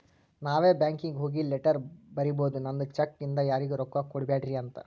ನಾವೇ ಬ್ಯಾಂಕೀಗಿ ಹೋಗಿ ಲೆಟರ್ ಬರಿಬೋದು ನಂದ್ ಚೆಕ್ ಇಂದ ಯಾರಿಗೂ ರೊಕ್ಕಾ ಕೊಡ್ಬ್ಯಾಡ್ರಿ ಅಂತ